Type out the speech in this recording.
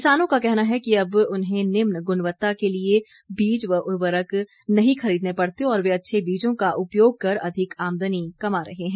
किसानों का कहना है कि अब उन्हें निम्न ग्णवत्ता के बीज व उर्वरक नहीं खरीदने पड़ते और वे अच्छे बीजों का उपयोग कर अधिक आमदनी कमा रहे हैं